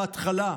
בהתחלה,